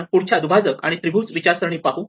आपण पुढच्या दुभाजक आणि त्रिभुज विचारसरणी पाहू